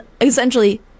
essentially